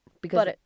Because-